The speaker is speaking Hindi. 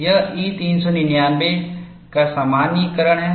यह E 399 का सामान्यीकरण है